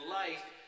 life